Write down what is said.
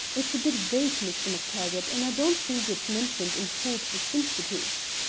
it's a bit vague, mr. mactaggart, and i don't think it's mentioned in forbes's institutes.